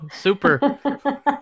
super